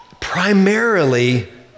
primarily